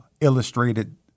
illustrated